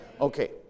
Okay